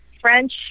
French